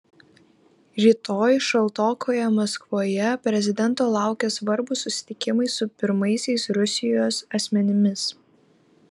rytoj šaltokoje maskvoje prezidento laukia svarbūs susitikimai su pirmaisiais rusijos asmenimis